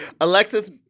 Alexis